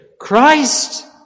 Christ